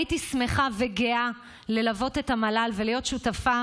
הייתי שמחה וגאה ללוות את המל"ל ולהיות שותפה,